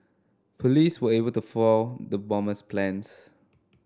police were able to foil the bomber's plans